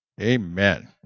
amen